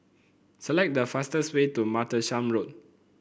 select the fastest way to Martlesham Road